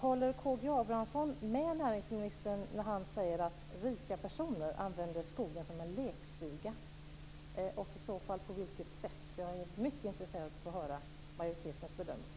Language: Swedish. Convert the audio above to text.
Håller K G Abramsson med näringsministern när han säger att rika personer använder skogen som en lekstuga? På vilket sätt, i så fall? Jag är mycket intresserad av att få höra majoritetens bedömning.